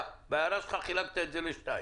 לשתיים,